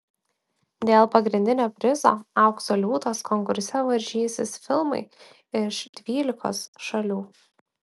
dėl pagrindinio prizo aukso liūtas konkurse varžysis filmai iš dvylikos šalių